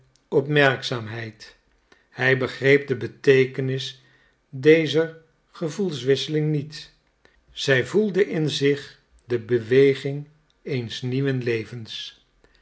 opmerkzaamheid hij begreep de beteekenis dezer gevoelswisseling niet zij voelde in zich de beweging eens nieuwen levens